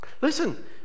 Listen